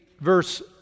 verse